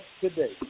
today